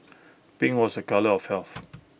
pink was A colour of health